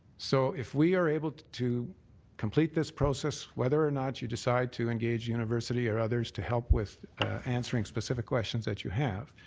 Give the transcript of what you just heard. so if we are able to to complete this process, whether or not you decide to engage university or others to help with answering specific questions that you have,